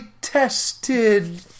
tested